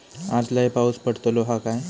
आज लय पाऊस पडतलो हा काय?